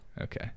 okay